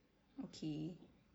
okay